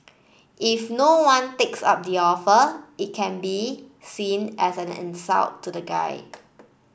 if no one takes up the offer it can be seen as an insult to the guy